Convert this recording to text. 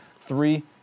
Three